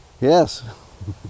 Yes